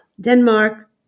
Denmark